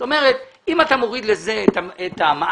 זאת אומרת, אם אתה מוריד לזה את המע"מ,